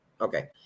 Okay